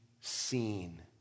seen